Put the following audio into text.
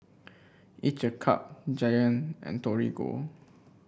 each a Cup Giant and Torigo